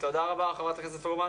תודה רבה, חה"כ פרומן.